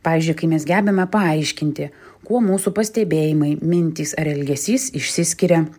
pavyzdžiui kai mes gebame paaiškinti kuo mūsų pastebėjimai mintys ar elgesys išsiskiria